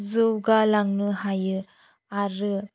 जौगालांनो हायो आरो